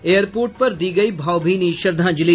airport पर दी गयी भावभीनी श्रद्धांजलि